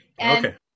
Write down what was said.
Okay